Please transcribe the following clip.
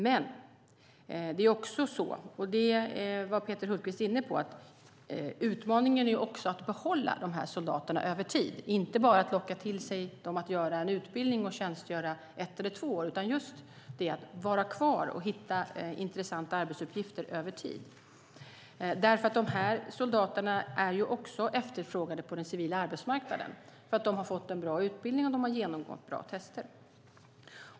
Men som Peter Hultqvist var inne på är det också en utmaning att behålla soldaterna över tid, så att man inte bara lockar till sig dem för en utbildning och ett eller två års tjänstgöring, utan ser till att de blir kvar och hittar intressanta arbetsuppgifter över tid. De här soldaterna är också efterfrågade på den civila arbetsmarknaden för att de har fått en bra utbildning och genomgått bra tester.